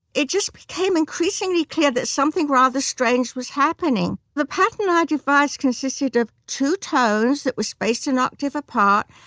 it just became increasingly clear that something rather strange was happening. the pattern i devised consisted of two tones that were spaced an octave apart,